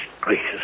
gracious